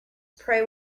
pray